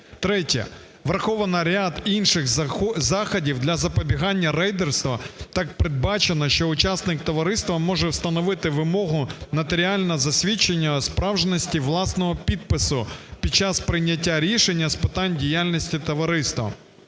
Третє. Враховано ряд інших заходів для запобігання рейдерства. Так передбачено, що учасник товариства може встановити вимогу нотаріально-засвідчене справжності власного підпису під час прийняття рішення з питань діяльності товариства.